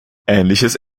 ähnliches